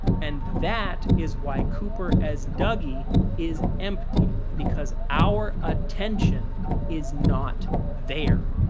and that is why cooper as dougie is empty, because our attention is not there!